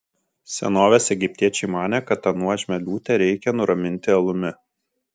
senovės egiptiečiai manė kad tą nuožmią liūtę reikia nuraminti alumi